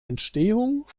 entstehung